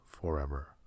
forever